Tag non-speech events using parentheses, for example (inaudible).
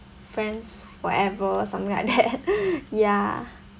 friends forever something like that (laughs) ya